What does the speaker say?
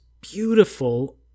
beautiful